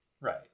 Right